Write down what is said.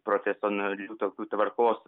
profesionalių tokių tvarkos